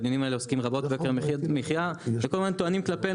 והדיונים האלה עוסקים רבות ביוקר המחיה וכל הזמן טוענים כלפינו